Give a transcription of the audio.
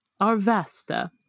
Arvasta